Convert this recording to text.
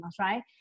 right